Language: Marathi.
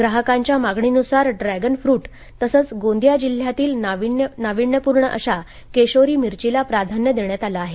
ग्राहकाच्या मागणीनुसार ड्रॅगन फ्रूट तसंच गोंदिया जिल्ह्यातील नाविण्यपूर्ण अशा केशोरी मिरचीला प्राधान्य देण्यात आलं आहे